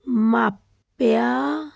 ਮਾਪਿਆ